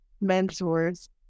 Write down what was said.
mentors